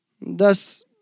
Thus